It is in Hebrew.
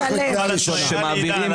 את בקריאה ראשונה.